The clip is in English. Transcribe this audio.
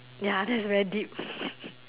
ya that is very deep